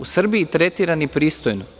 U Srbiji su tretirani pristojno.